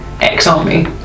ex-army